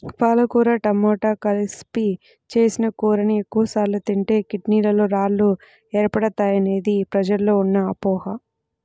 పాలకూర టమాట కలిపి చేసిన కూరని ఎక్కువ సార్లు తింటే కిడ్నీలలో రాళ్లు ఏర్పడతాయనేది ప్రజల్లో ఉన్న అపోహ